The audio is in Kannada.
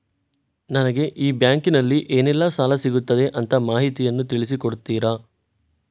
ನನಗೆ ಈ ಬ್ಯಾಂಕಿನಲ್ಲಿ ಏನೆಲ್ಲಾ ಸಾಲ ಸಿಗುತ್ತದೆ ಅಂತ ಮಾಹಿತಿಯನ್ನು ತಿಳಿಸಿ ಕೊಡುತ್ತೀರಾ?